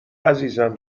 عزیزم